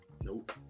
Nope